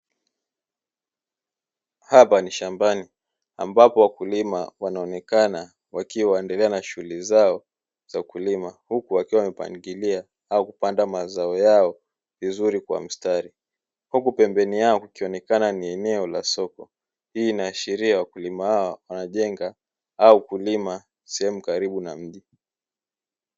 Hapa ni shambani ambapo wakulima wanaonekana wakiwa wanaendelea na shughuri zao za kulima huku wakiwa wepangilia au kupanda mazao yao vizuri kwa msitari, huku pembeni yao kukionekana ni eneo la soko ,hii inaashiria wakulima hawa wanajenga au kulima sehemu kalibu na mji.